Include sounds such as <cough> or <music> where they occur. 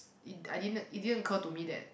<noise> it I didn't it didn't occur to me that